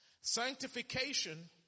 Sanctification